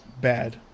bad